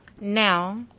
Now